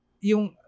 yung